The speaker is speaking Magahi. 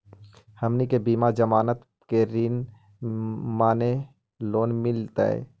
हमनी के बिना जमानत के ऋण माने लोन मिलतई?